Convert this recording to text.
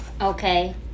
Okay